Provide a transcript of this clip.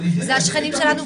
אלה השכנים שלנו,